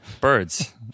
Birds